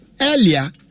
earlier